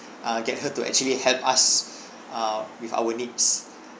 uh get her to actually help us uh with our needs